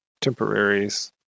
temporaries